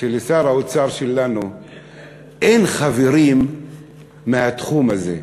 שלשר האוצר שלנו אין חברים מהתחום הזה.